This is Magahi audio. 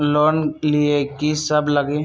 लोन लिए की सब लगी?